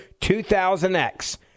2000X